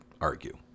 argue